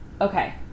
okay